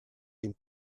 ein